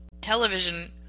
television